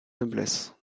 noblesse